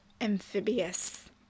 amphibious